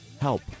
help